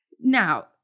Now